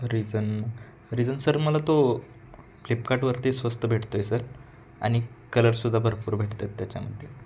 region reason sir मला तो फ्लिपकार्टवरती स्वस्त भेटतो आहे सर आणि कलरसुद्धा भरपूर भेटत आहेत त्याच्यामध्ये